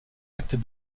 actes